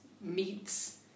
meats